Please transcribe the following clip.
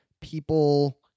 people